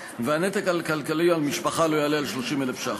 והנטל הכלכלי על המשפחה לא יעלה על 30,000 ש"ח.